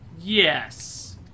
Yes